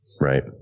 Right